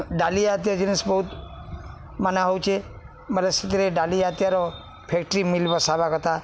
ଡାଲି ଜାତୀୟ ଜିନିଷ୍ ବହୁତ ମାନା ହେଉଛି ବଲେ ସେଥିରେ ଡାଲି ଜାତୀୟର ଫ୍ୟାକ୍ଟ୍ରି ମିଲ୍ ବା କଥା